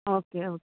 okay okay